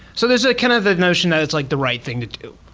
so there's ah kind of the notion that it's like the right thing to do.